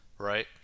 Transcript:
Right